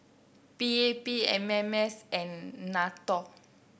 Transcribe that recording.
P A P M M S and NATO